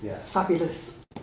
fabulous